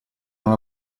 non